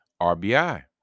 RBI